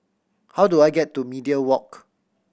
how do I get to Media Walk